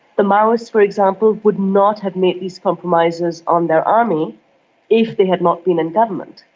the maoists, for example, would not have made these compromises on their army if they had not been in government.